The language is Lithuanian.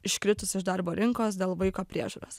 iškritus iš darbo rinkos dėl vaiko priežiūros